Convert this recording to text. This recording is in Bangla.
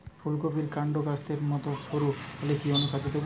ফুলকপির কান্ড কাস্তের মত সরু হলে কি অনুখাদ্য দেবো?